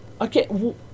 Okay